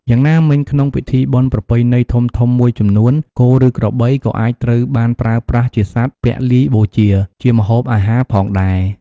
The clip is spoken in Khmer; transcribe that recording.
យ៉ាងណាមិញ ក្នុងពិធីបុណ្យប្រពៃណីធំៗមួយចំនួន គោ ឬក្របីក៏អាចត្រូវបានប្រើប្រាស់ជាសត្វពលីបូជា ជាម្ហូបអាហារផងដែរ។